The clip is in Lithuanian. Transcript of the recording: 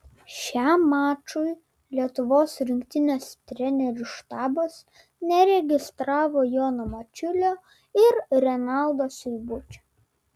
šiam mačui lietuvos rinktinės trenerių štabas neregistravo jono mačiulio ir renaldo seibučio